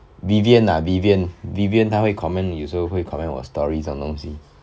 vivienne ah vivienne vivienne 他会 comment 有时候会 comment 会 comment 我 story 这种东西